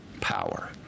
power